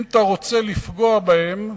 אם אתה רוצה לפגוע בהם,